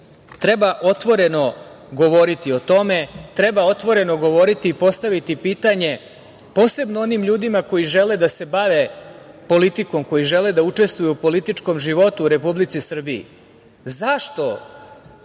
otvoreno govoriti o tome, treba otvoreno govoriti i postaviti pitanje posebno onim ljudima koji žele da se bave politikom, koji žele da učestvuju u političkom životu u Republici Srbiji – zašto